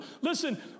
Listen